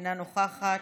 אינה נוכחת.